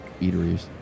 eateries